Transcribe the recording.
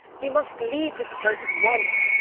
you must leave this place at once,